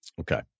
Okay